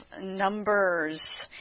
numbers